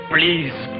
Please